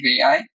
AI